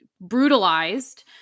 brutalized